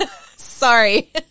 Sorry